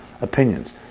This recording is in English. opinions